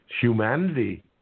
humanity